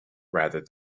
rather